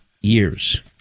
years